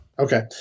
Okay